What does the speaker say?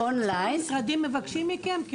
שמשרדים מבקשים מכם?